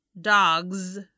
Dogs